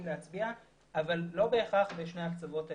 להצביע אבל לא בהכרח בשני הפתרונות האלה.